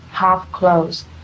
half-closed